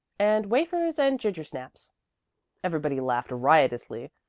and wafers and gingersnaps everybody laughed riotously.